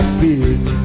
beard